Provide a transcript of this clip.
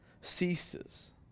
ceases